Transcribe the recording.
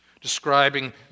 describing